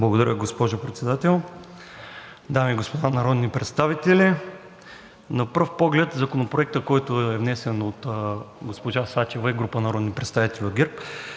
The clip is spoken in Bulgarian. Благодаря, госпожо Председател. Дами и господа народни представители, на пръв поглед Законопроектът, внесен от госпожа Сачева и група народни представители от ГЕРБ,